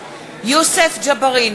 יוסף ג'בארין,